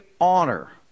honor